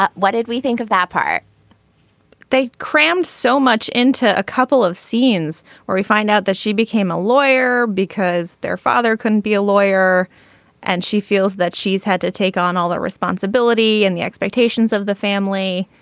what did we think of that part they crammed so much into a couple of scenes where we find out that she became a lawyer because their father couldn't be a lawyer and she feels that she's had to take on all the responsibility and the expectations of the family.